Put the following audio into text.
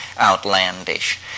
outlandish